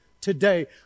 today